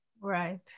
Right